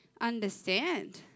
understand